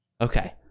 Okay